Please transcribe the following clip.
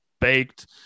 baked